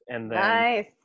Nice